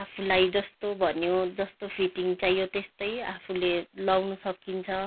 आफूलाई जस्तो भन्यो जस्तो फिटिङ चाहियो त्यस्तो आफूले लगाउनु सकिन्छ